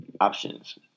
options